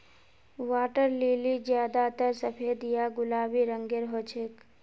water lily ज्यादातर सफेद या गुलाबी रंगेर हछेक